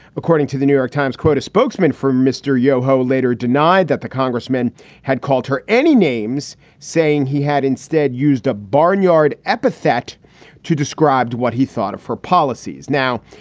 according to the new york times, quote, a spokesman for mr. yoho later denied that the congressman had called her any names, saying he had instead used a barnyard epithet to described what he thought of her policies. now,